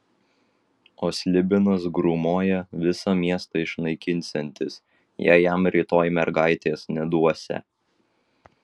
o slibinas grūmoja visą miestą išnaikinsiantis jei jam rytoj mergaitės neduosią